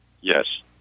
Yes